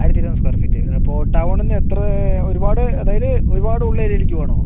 ആയിരത്തി ഇരുന്നൂറ് square feet അപ്പോൾ ടൗണിൽനിന്ന് എത്ര ഒരുപാട് അതായത് ഒരുപാട് ഉൾ ഏരിയയിലേക്ക് വേണോ